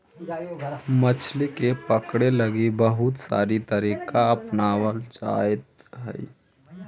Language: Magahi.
मछली के पकड़े लगी बहुत सनी तरीका अपनावल जाइत हइ